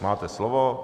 Máte slovo.